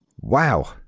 Wow